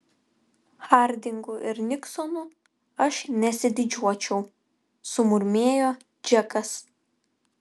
hardingu ir niksonu aš nesididžiuočiau sumurmėjo džekas